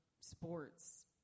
sports